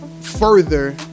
further